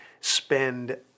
spend